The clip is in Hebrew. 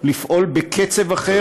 לפעול בקצב אחר,